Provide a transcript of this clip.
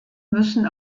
müssen